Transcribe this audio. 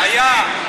היה.